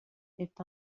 est